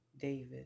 David